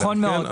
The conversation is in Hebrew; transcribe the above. נכון מאוד.